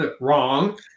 wrong